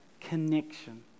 connection